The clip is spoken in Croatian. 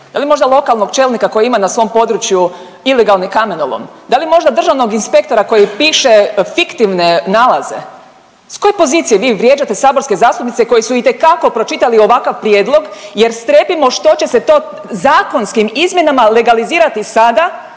je li možda lokalnog čelnika koji ima na svom području ilegalni kamenolom, da li možda državnog inspektora koji piše fiktivne nalaze, s koje pozicije vi vrijeđate saborske zastupnice koje su itekako pročitali ovakav prijedlog jer strepimo što će se to zakonskim izmjenama legalizirati sada,